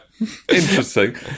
interesting